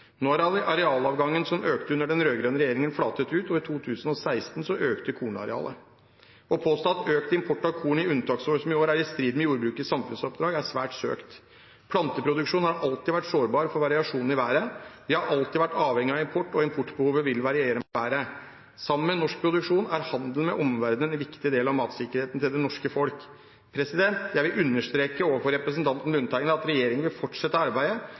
Nå har arealavgangen som økte under den rød-grønne regjeringen, flatet ut, og i 2016 økte kornarealet. Å påstå at økt import av korn i unntaksår som i år er i strid med jordbrukets samfunnsoppdrag, er svært søkt. Planteproduksjonen har alltid vært sårbar for variasjon i været. Vi har alltid vært avhengig av import – og importbehovet vil variere med været. Sammen med norsk produksjon er handel med omverdenen en viktig del av matsikkerheten til det norske folk. Jeg vil understreke overfor representanten Lundteigen at regjeringen vil fortsette arbeidet